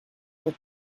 with